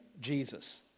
Jesus